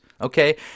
okay